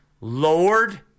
Lord